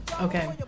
Okay